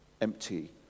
empty